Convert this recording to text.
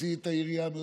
להוציא את העירייה מתוך,